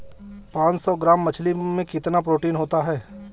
पांच सौ ग्राम मछली में कितना प्रोटीन होता है?